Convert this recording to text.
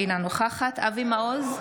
בעד אבי מעוז,